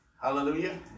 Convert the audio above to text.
Hallelujah